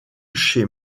chez